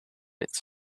its